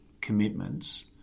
commitments